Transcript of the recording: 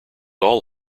all